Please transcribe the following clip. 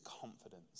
confidence